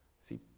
See